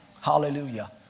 Hallelujah